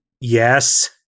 Yes